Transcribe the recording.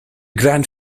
grand